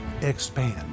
expand